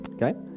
Okay